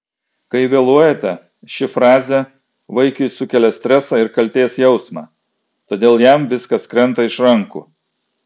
kai vėluojate ši frazė vaikui sukelia stresą ir kaltės jausmą todėl jam viskas krenta iš rankų